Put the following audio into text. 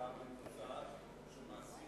עבודה במוסד,